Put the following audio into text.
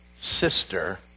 sister